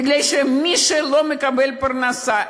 מי שלא מקבל פרנסה,